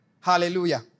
Hallelujah